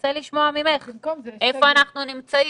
נרצה לשמוע ממך איפה אנחנו נמצאים,